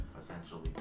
essentially